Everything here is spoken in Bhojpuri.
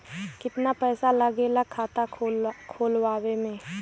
कितना पैसा लागेला खाता खोलवावे में?